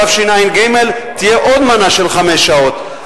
בתשע"ג תהיה עוד מנה של חמש שעות.